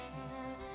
Jesus